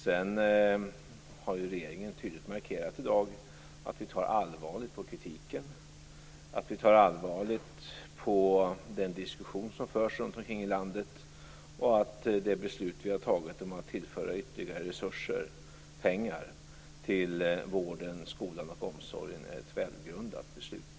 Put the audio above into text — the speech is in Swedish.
Sedan har regeringen i dag tydligt markerat att vi tar allvarligt på kritiken och på den diskussion som förs runt omkring i landet och att det beslut som vi har fattat om att tillföra ytterligare pengar till vården, skolan och omsorgen är ett välgrundat beslut.